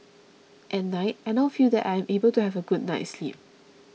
at night I now feel that I am able to have a good night's sleep